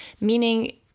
Meaning